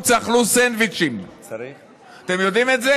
וכל יום,